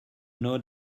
know